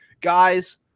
Guys